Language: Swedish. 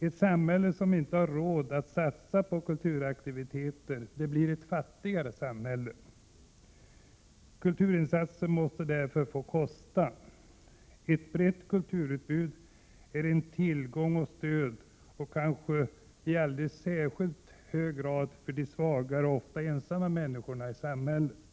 Ett samhälle som inte har råd att satsa på kulturaktiviteter blir ett fattigare samhälle. Kulturinsatser måste därför få kosta. Ett brett kulturutbud är en tillgång och ett stöd, kanske särskilt för de svagare och ofta ensamma människorna i samhället.